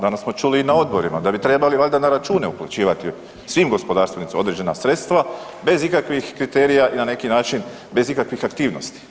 Danas smo čuli i na odborima, da bi trebali valjda na račune uplaćivati svim gospodarstvenicima određena sredstva bez ikakvih kriterija i na neki način bez ikakvih aktivnosti.